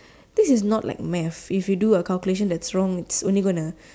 this is not like math if you do a calculation that's wrong it's only gonna